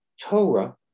Torah